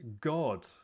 god